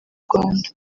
rwanda